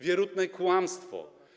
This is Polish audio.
Wierutne kłamstwo.